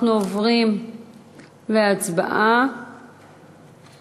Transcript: אנחנו עוברים להצבעה על